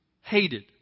hated